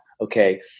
Okay